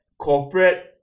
corporate